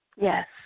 Yes